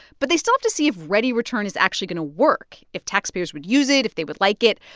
but they still have to see if readyreturn is actually going to work if taxpayers would use it, if they would like it.